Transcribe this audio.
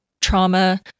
trauma